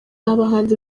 abahanzi